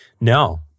No